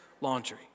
laundry